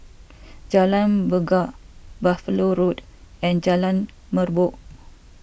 Jalan Bungar Buffalo Road and Jalan Merbok